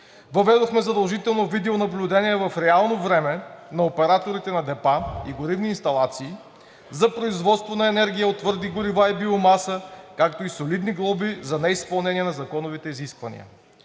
Въведохме задължително видеонаблюдение в реално време на операторите на депа и горивни инсталации за производство на енергия от твърди горива и биомаса, както и солидни глоби за неизпълнение на законовите изисквания.